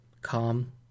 calm